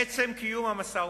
עצם קיום המשא-ומתן,